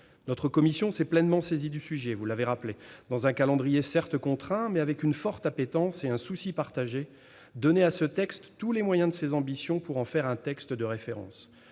Notre commission s'est pleinement saisie du sujet, dans un calendrier certes contraint, mais avec une forte appétence et un souci partagé : donner à ce texte tous les moyens de ses ambitions pour en faire un texte de référence.